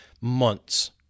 Months